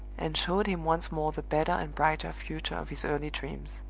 and showed him once more the better and brighter future of his early dreams.